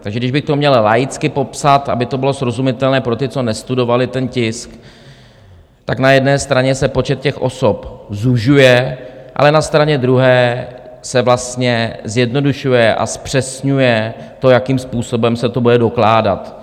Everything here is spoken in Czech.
Takže kdybych to měl laicky popsat, aby to bylo srozumitelné pro ty, co nestudovali ten tisk, tak na jedné straně se počet těch osob zužuje, ale na straně druhé se vlastně zjednodušuje a zpřesňuje to, jakým způsobem se to bude dokládat.